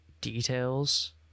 details